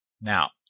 Now